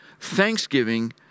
Thanksgiving